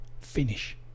finish